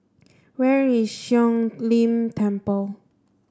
where is Siong Lim Temple